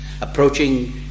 approaching